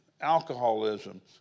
alcoholism